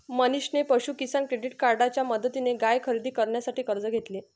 मनीषने पशु किसान क्रेडिट कार्डच्या मदतीने गाय खरेदी करण्यासाठी कर्ज घेतले